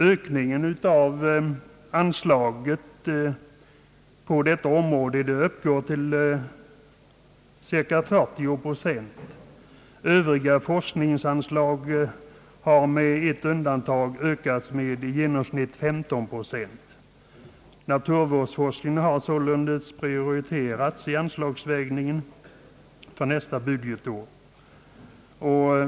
Ökningen av anslaget för detta ändamål uppgår till cirka 40 procent. Övriga forskningsanslag har med ett undantag ökat med i genomsnitt 15 procent. Naturvårdsforskningen har sålunda prioriterats vid anslagsavvägningen för nästa budgetår.